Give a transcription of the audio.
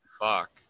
Fuck